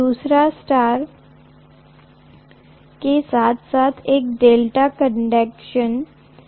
दूसरा स्टार के साथ साथ एक डेल्टा कनेक्शन है